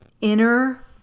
inner